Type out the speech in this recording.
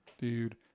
dude